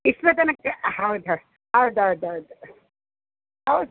ಇಷ್ಟರ ತನಕ ಹೌದೌದು ಹೌದೌದೌದು ಹೌದು